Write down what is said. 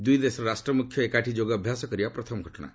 ଦୁଇ ଦେଶର ରାଷ୍ଟ୍ର ମୁଖ୍ୟ ଏକାଠି ଯୋଗ ଅଭ୍ୟାସ କରିବା ପ୍ରଥମ ଘଟଣା